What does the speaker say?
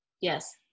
Yes